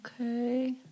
Okay